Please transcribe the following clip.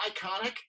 iconic